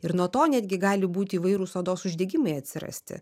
ir nuo to netgi gali būti įvairūs odos uždegimai atsirasti